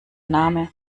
name